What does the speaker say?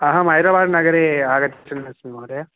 अहं हैडराबाद् नगरे आगच्छन्नस्ति महोदय